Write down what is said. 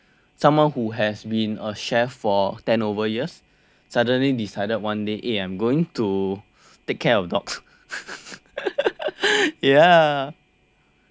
someone who has been a chef for ten over years suddenly decided one day eh I'm going to take care of dogs ya